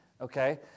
okay